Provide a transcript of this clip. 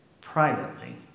privately